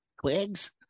twigs